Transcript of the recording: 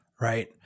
right